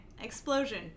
explosion